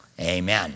Amen